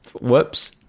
whoops